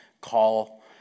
call